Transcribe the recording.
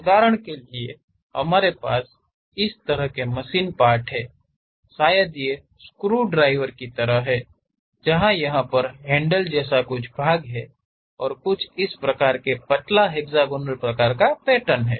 उदाहरण के लिए हमारे पास इस तरह के मशीन पार्ट्स हैं शायद ये स्क्रू ड्राईवर की तरह हैं जहां यह पर हैंडल भाग है और कुछ इस प्रकार के पतला हेक्सागोनल प्रकार का पैटर्न है